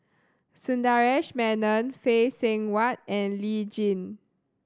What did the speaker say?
Sundaresh Menon Phay Seng Whatt and Lee Tjin